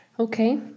Okay